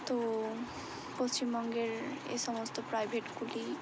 তো পশ্চিমবঙ্গের এই সমস্ত প্রাইভেটগুলি